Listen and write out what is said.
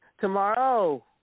Tomorrow